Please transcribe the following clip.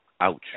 Ouch